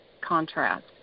contrast